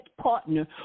partner